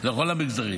לכל עם ישראל.